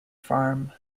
farm